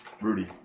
rudy